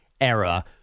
era